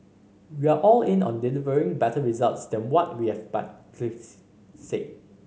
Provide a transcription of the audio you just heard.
we are all in on delivering better results than what we have said